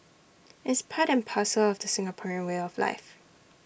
it's part and parcel of the Singaporean way of life